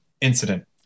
incident